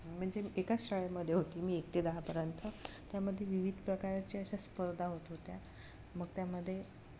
म्हणजे एकाच शाळेमध्ये होते मी एक ते दहापर्यंत त्यामध्ये विविध प्रकारच्या अशा स्पर्धा होत होत्या मग त्यामध्ये